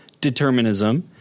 determinism